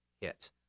hit